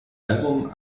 album